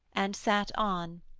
and sat on,